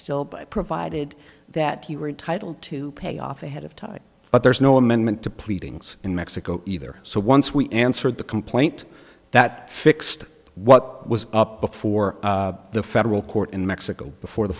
still by provided that he read title to pay off ahead of time but there's no amendment to pleadings in mexico either so once we answered the complaint that fixed what was up before the federal court in mexico before the